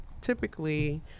typically